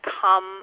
come